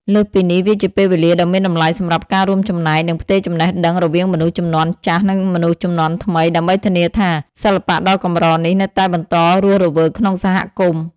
លើសពីនេះ វាជាពេលវេលាដ៏មានតម្លៃសម្រាប់ការ រួមចំណែក និង ផ្ទេរចំណេះដឹង រវាងមនុស្សជំនាន់ចាស់ និងមនុស្សជំនាន់ថ្មី ដើម្បីធានាថា សិល្បៈដ៏កម្រនេះនៅតែបន្តរស់រវើកក្នុងសហគមន៍។